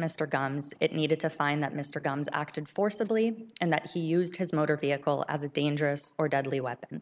mr guns it needed to find that mr gumbs acted forcibly and that he used his motor vehicle as a dangerous or deadly weapon